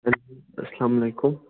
hello اسلامُ علیکُم